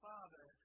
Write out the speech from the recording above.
Father